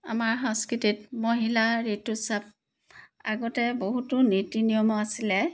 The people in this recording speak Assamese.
আমাৰ সাংস্কৃতিত মহিলাৰ ঋতুস্ৰাব আগতে বহুতো নীতি নিয়ম আছিলে